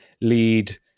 lead